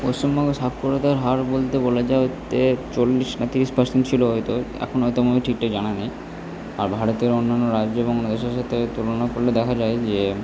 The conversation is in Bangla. পশ্চিমবঙ্গে সাক্ষরতার হার বলতে বলা যায় যে চল্লিশ না তিরিশ পারসেন্ট ছিল হয়তো এখন হয়তো আমার ঠিকটা জানা নেই আর ভারতের অন্যান্য রাজ্যের এবং দেশের সাথে তুলনা করলে দেখা যায় যে